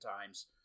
times